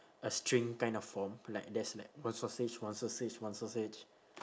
a string kind of form like there's like one sausage one sausage one sausage